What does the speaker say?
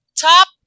top